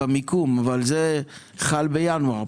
אבל זה חל בינואר,